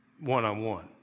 one-on-one